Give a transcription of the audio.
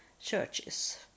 churches